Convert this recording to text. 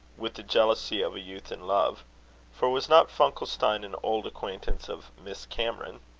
with the jealousy of a youth in love for was not funkelstein an old acquaintance of miss cameron?